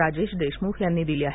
राजेश देशमुख यांनी दिली आहे